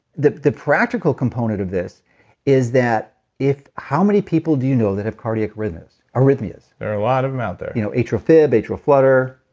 the the practical component of this is that if. how many people do you know that have cardiac arrhythmias? there are a lot of them out there you know atrial fib, atrial flutter,